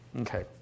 Okay